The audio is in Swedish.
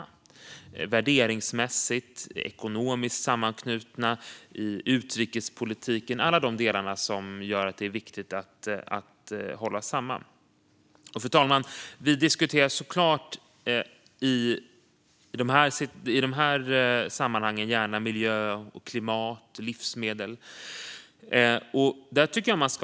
Vi är sammanknutna värderingsmässigt och ekonomiskt. Det gäller även utrikespolitiken och alla delar som gör det viktigt att hålla samman. Fru talman! Även i de här sammanhangen diskuterar vi såklart gärna miljö och klimat och livsmedel.